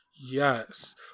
Yes